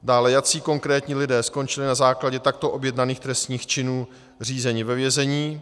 Dále, jací konkrétní lidé skončili na základě takto objednaných trestných činů řízení ve vězení.